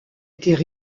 étaient